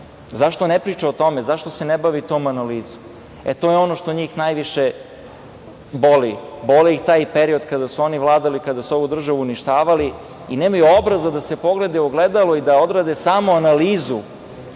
ne priča o tome, zašto se ne bavi tom analizom? To je ono što njih najviše boli. Boli ih taj period kada su oni vladali, kada su ovu državu uništavali i nemaju obraza da se pogledaju u ogledalo i da odrade samo analizu